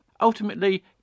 Ultimately